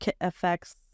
affects